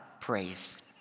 praise